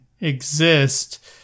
exist